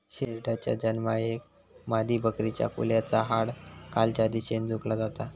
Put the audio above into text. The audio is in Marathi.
शेरडाच्या जन्मायेळेक मादीबकरीच्या कुल्याचा हाड खालच्या दिशेन झुकला जाता